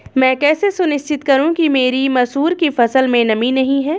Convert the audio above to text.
मैं कैसे सुनिश्चित करूँ कि मेरी मसूर की फसल में नमी नहीं है?